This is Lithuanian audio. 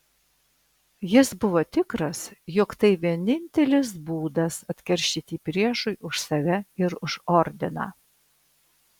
jis buvo tikras jog tai vienintelis būdas atkeršyti priešui už save ir už ordiną